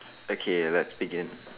okay let's begin